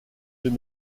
deux